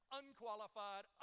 unqualified